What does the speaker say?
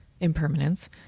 Impermanence